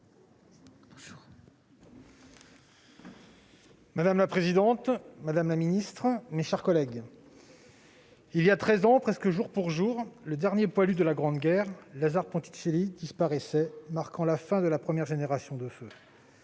Madame la présidente, madame la ministre, mes chers collègues, il y a treize ans presque jour pour jour, le dernier « poilu » de la Grande Guerre, Lazare Ponticelli, disparaissait, marquant la fin de la première génération du feu.